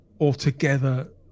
altogether